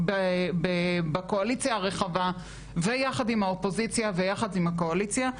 בקואליציה הרחבה ויחד עם האופוזיציה ויחד עם הקואליציה,